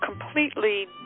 completely